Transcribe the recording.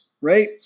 right